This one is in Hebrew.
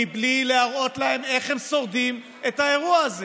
בלי להראות להם איך הם שורדים את האירוע הזה.